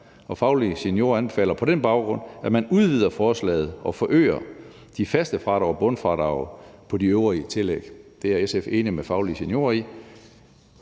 Faglige Seniorer anbefaler på den baggrund, at man udvider forslaget og forøger de faste fradrag, bundfradrag på de øvrige tillæg. Det er SF enig med Faglige Seniorer i.